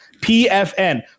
PFN